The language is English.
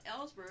Ellsberg